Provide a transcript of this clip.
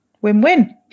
Win-win